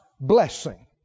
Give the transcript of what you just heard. blessing